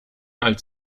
als